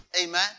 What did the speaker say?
Amen